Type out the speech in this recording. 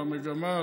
למגמה,